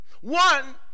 one